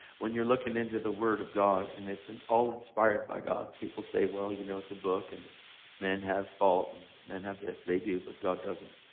when you're looking into the word of god and it's and all inspired by god people say, well, you know, it's a book, and men have fault and men have this. they do, but god does. and